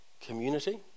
community